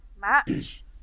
match